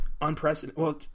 unprecedented